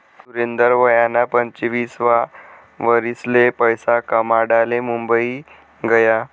सुरेंदर वयना पंचवीससावा वरीसले पैसा कमाडाले मुंबई गया